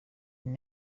iyi